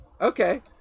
Okay